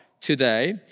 today